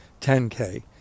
10K